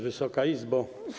Wysoka Izbo!